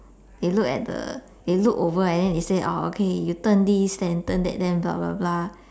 they look at the they look over and then they say oh okay you turn this then turn that then blah blah blah